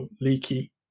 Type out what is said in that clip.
leaky